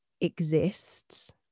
exists